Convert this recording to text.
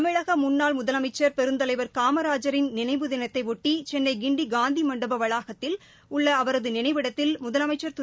தமிழக முன்னாள் முதலமைச்சர் பெருந்தலைவர் காமராஜரின் நினைவு தினத்தையொட்டி சென்னை கிண்டி காந்தி மண்டப வளாகத்தில் உள்ள அவரது நினைவிடத்தில் முதலமைச்சா் திரு